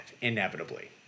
inevitably